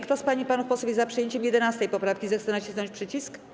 Kto z pań i panów posłów jest za przyjęciem 11. poprawki, zechce nacisnąć przycisk.